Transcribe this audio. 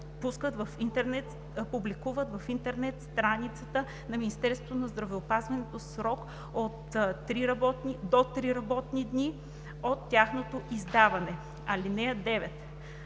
публикуват на интернет страницата на Министерството на здравеопазването в срок до три работни дни от тяхното издаване. (9)